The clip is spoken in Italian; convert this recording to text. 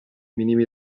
minimi